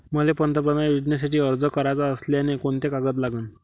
मले पंतप्रधान योजनेसाठी अर्ज कराचा असल्याने कोंते कागद लागन?